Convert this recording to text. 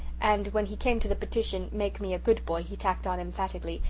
and when he came to the petition make me a good boy he tacked on emphatically,